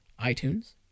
iTunes